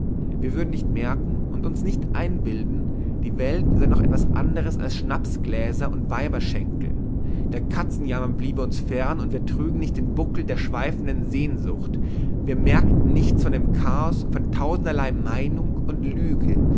wir würden nicht merken und uns nicht einbilden die welt sei noch etwas anderes als schnapsgläser und weiberschenkel der katzenjammer bliebe uns fern und wir trügen nicht den buckel der schweifenden sehnsucht wir merkten nichts von dem chaos von tausenderlei meinung und lüge